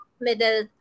middle